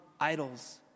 Idols